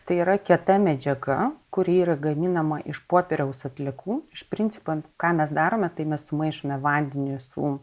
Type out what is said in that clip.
tai yra kieta medžiaga kuri yra gaminama iš popieriaus atliekų iš principo ką mes darome tai mes sumaišome vandenį su